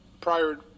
prior